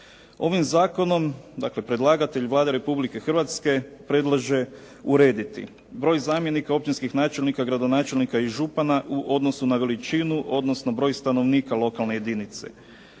Ovim zakonom, dakle predlagatelj Vlada Republike Hrvatske predlaže urediti broj zamjenika općinskih načelnika, gradonačelnika i župana u odnosu na veličinu odnosno broj stanovnika lokalne jedinice.